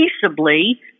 peaceably